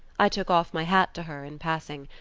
i took off my hat to her in passing,